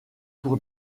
pour